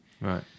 Right